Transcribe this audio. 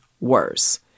worse